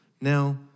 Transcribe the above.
Now